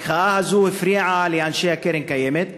המחאה הזאת הפריעה לאנשי הקרן קיימת,